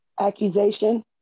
Accusation